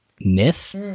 myth